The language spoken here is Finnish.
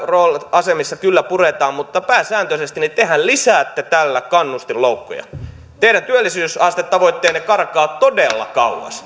asemissa kyllä puretaan mutta pääsääntöisesti tehän lisäätte tällä kannustinloukkuja teidän työllisyysastetavoitteenne karkaa todella kauas